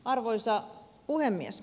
arvoisa puhemies